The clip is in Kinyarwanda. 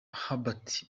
herbert